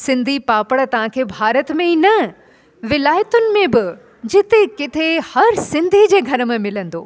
सिंधी पापड़ तव्हांखे भारत में ई न विलायतुनि में बि जिते किथे हर सिंधी जे घर में मिलंदो